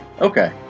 Okay